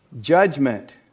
judgment